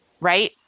right